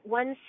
one